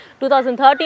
2013